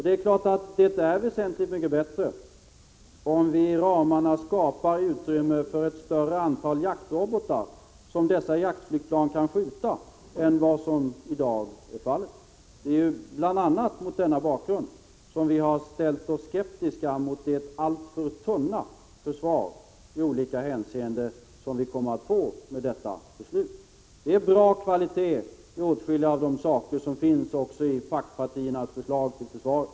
Det är klart att det är väsentligt mycket bättre om vi inom ramarna skapar utrymme för ett större antal jaktrobotar som dessa jaktflygplan kan skjuta än vad som i dag är fallet. Det är ju bl.a. mot denna bakgrund som vi har ställt oss skeptiska mot det alltför tunna försvar i olika hänseenden som vi kommer att få i och med detta beslut. Det är bra kvalitet i åtskilliga av de saker som finns också i de andra paktpartiernas förslag till försvaret.